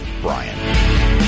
Brian